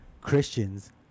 christians